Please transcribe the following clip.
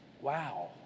Wow